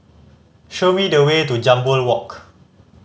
show me the way to Jambol Walk